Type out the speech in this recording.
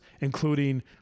including